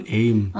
aim